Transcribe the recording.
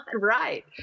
right